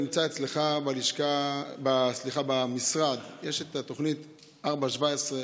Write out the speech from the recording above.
אצלך במשרד יש את התוכניות 4.17,